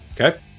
Okay